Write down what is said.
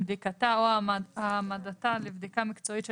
בדיקתה או העמדתה לבדיקה מקצועית של